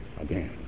again